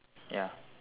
ya